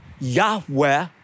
Yahweh